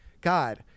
God